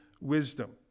wisdom